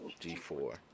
G4